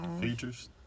Features